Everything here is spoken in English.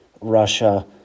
russia